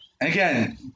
Again